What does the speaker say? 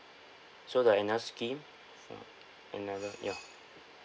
so the another scheme so another ya